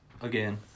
again